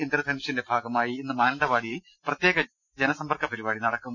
mission ഇന്ദ്രധനുഷിന്റെ ഭാഗമായി ഇന്ന് മാനന്തവാടിയിൽ പ്രത്യേക ജനസമ്പർക്കു പരിപാടി നടക്കും